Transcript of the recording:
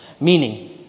meaning